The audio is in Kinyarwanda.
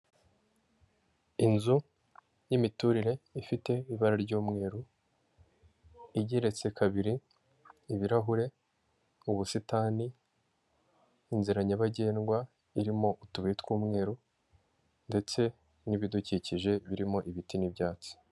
Inzu y'imiturire, ifite ibara ry'umweru, igeretse kabiri, ibirahure, ubusitani, inzira nyabagendwa irimo utubuye tw'umweru ndetse n'ibidukikije birimo ibiti n'ibyatsi.